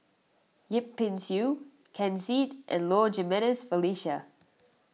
Yip Pin Xiu Ken Seet and Low Jimenez Felicia